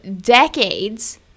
decades